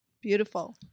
Beautiful